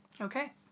Okay